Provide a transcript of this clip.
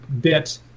bit